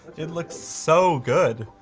it looks so good.